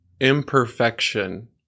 imperfection